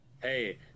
Hey